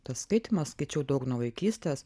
tas skaitymas skaičiau daug nuo vaikystės